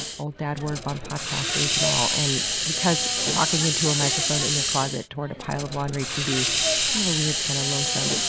old dad ward vonpodcast reads em all. and because talking into a microphone in your closet toward a pile of laundry can be kind of weird, kinda kind of lonesome,